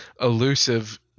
elusive